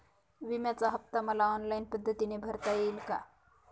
विम्याचा हफ्ता मला ऑनलाईन पद्धतीने भरता येईल का?